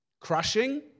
Crushing